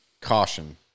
Caution